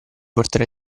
porterà